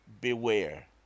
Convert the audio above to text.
beware